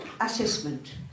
assessment